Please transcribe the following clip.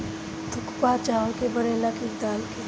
थुक्पा चावल के बनेला की दाल के?